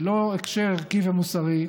ללא הקשר ערכי ומוסרי.